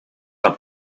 and